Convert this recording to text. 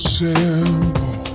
simple